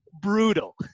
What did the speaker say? brutal